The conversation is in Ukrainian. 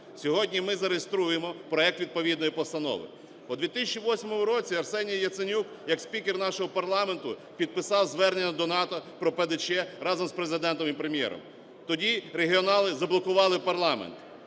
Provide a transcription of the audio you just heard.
Сьогодні ми зареєструємо проект відповідної постанови. У 2008 році Арсеній Яценюк як спікер нашого парламенту підписав звернення до НАТО про ПДЧ разом з Президентом і Прем'єром, тоді "регіонали" заблокували парламент.